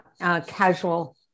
casual